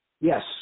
yes